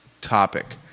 topic